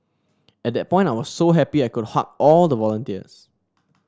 at that point I was so happy I could hug all the volunteers